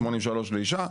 83 לאישה.